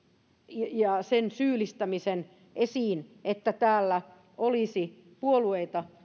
ja syyllistämisen esiin ja sanoi että täällä olisi puolueita